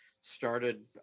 started